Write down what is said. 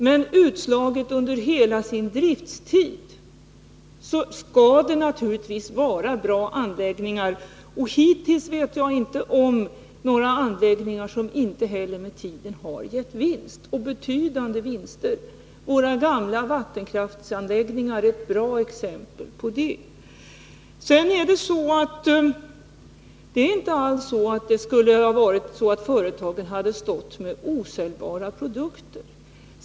Men utslaget på hela sin driftstid skall de naturligtvis vara bra anläggningar, och hittills vet jag inte om några anläggningar som inte heller med tiden har gett vinst, och betydande vinster. Våra gamla vattenkraftsanläggningar är ett bra exempel på det. Företagen skulle inte alls ha stått med osäljbara produkter.